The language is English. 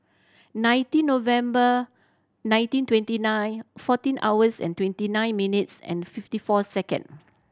nineteen November nineteen twenty nine fourteen hours and twenty nine minutes and fifty four second